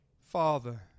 Father